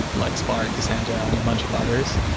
like spark, cassandra and a bunch of others,